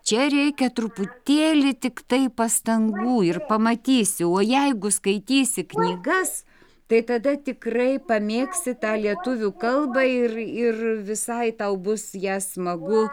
čia reikia truputėlį tiktai pastangų ir pamatysi o jeigu skaitysi knygas tai tada tikrai pamėgsi tą lietuvių kalbą ir ir visai tau bus ją smagu